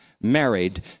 married